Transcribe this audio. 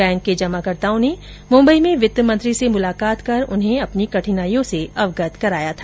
bank के जमाकर्ताओं ने मुम्बई में वित्त मंत्री से मुलाकात कर उन्हें अपनी कठिनाइयों से अवगत कराया था